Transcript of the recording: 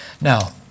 Now